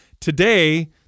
Today